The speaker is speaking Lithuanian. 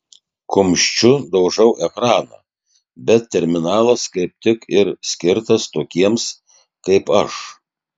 kumščiu daužau ekraną bet terminalas kaip tik ir skirtas tokiems kaip aš